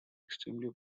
extremely